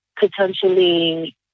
potentially